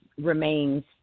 remains